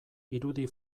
irudi